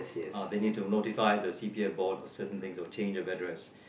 uh they need to notify the C_P_F Board or certain things or change of address